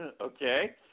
Okay